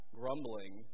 grumbling